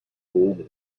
como